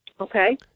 Okay